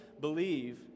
believe